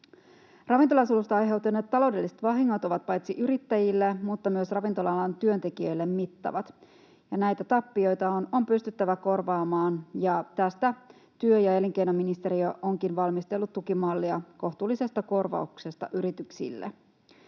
Ravintolasulusta aiheutuneet taloudelliset vahingot ovat paitsi yrittäjille myös ravintola-alan työntekijöille mittavat. Näitä tappioita on pystyttävä korvaamaan, ja tähän työ- ja elinkeinoministeriö onkin valmistellut tukimallia kohtuullisesta korvauksesta yrityksille.